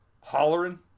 Hollering